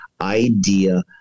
idea